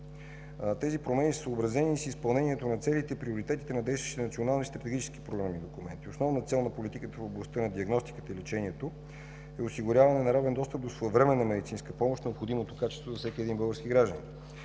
Тези промени са съобразени с изпълнението на целите и приоритетите на действащите национални стратегически и програмни документи. Основна цел на политиката в областта на диагностиката и лечението е осигуряване на равен достъп до своевременна медицинска помощ с необходимото качество на всеки един български гражданин.